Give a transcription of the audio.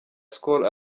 skol